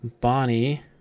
Bonnie